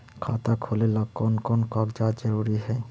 खाता खोलें ला कोन कोन कागजात जरूरी है?